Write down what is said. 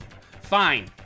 Fine